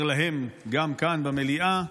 אומר להם גם כאן, במליאה: